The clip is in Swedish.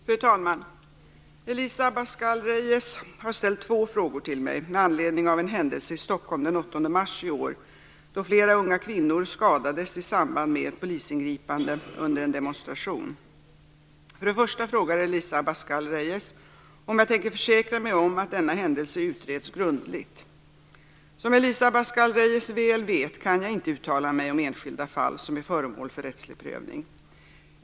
Fru talman! Elisa Abascal Reyes har ställt två frågor till mig med anledning av en händelse i Stockholm den 8 mars i år då flera unga kvinnor skadades i samband med ett polisingripande under en demonstration. För det första frågar Elisa Abascal Reyes om jag tänker försäkra mig om att denna händelse utreds grundligt. Som Elisa Abascal Reyes väl vet kan jag inte uttala mig om enskilda fall som är föremål för rättslig prövning.